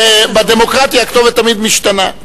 ובדמוקרטיה הכתובת תמיד משתנה.